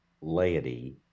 laity